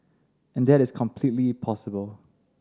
and that is completely possible